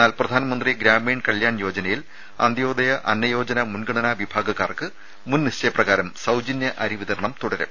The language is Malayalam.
എന്നാൽ പ്രധാൻമന്ത്രി ഗ്രാമീൺ കല്യാൺ യോജനയിൽ അന്ത്യോദയ അന്നയോജന മുൻഗണനാ വിഭാഗക്കാർക്ക് മുൻ നിശ്ചയ പ്രകാരം സൌജന്യ അരി വിതരണം തുടരും